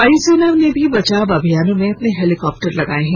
वायुसेना ने भी बचाव अभियानों में अपने हेलिकॉप्टर लगाए हैं